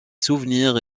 souvenirs